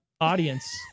Audience